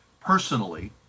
personally